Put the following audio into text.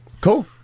cool